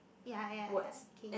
ya ya ya k